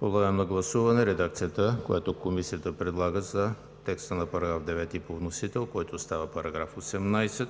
Подлагам на гласуване – редакцията, която Комисията предлага за текста на § 9 по вносител, който става § 18;